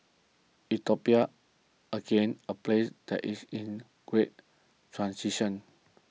Ethiopia again a place that is in great transition